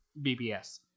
BBS